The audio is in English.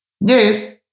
Yes